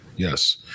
Yes